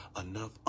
enough